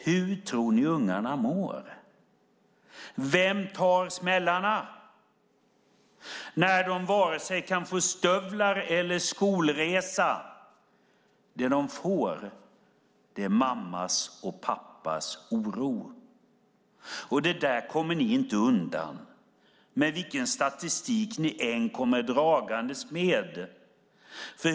Hur tror ni ungarna mår? Vem tar smällarna när de inte kan få vare sig stövlar eller skolresa? Det de får är mammas och pappas oro. Detta kommer ni inte undan med oavsett vilken statistik ni kommer dragandes med.